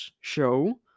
show